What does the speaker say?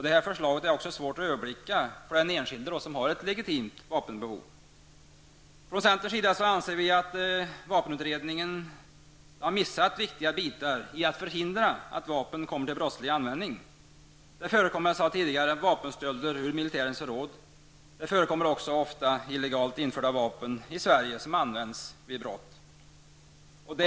Det här förslaget är också svårt att överblicka för den enskilde som har ett legitimt vapenbehov. Från centerns sida anser vi att vapenutredningen har missat viktiga delar när det gäller att förhindra att vapen kommer till brottslig användning. Det förekommer vapenstölder ur militärens förråd. Det förekommer också ofta illegalt införda vapen i Sverige, som används i brottslig verksamhet.